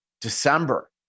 December